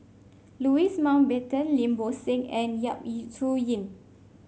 Louis Mountbatten Lim Bo Seng and Yap Su Yin